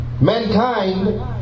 mankind